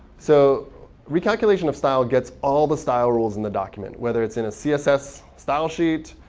so recalculation of style gets all the style rules in the document. whether it's in a css style sheet,